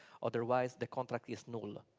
otherwise the contract is null.